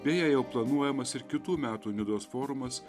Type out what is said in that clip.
beje jau planuojamas ir kitų metų nidos forumas